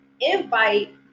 invite